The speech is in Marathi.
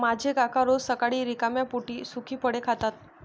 माझे काका रोज सकाळी रिकाम्या पोटी सुकी फळे खातात